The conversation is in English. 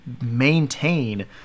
maintain